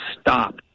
stop